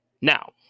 Now